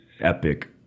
epic